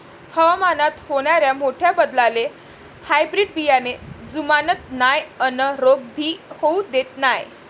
हवामानात होनाऱ्या मोठ्या बदलाले हायब्रीड बियाने जुमानत नाय अन रोग भी होऊ देत नाय